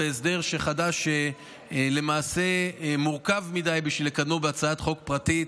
הסדר חדש שלמעשה מורכב מדי בשביל לקדמו בהצעת חוק פרטית.